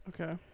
Okay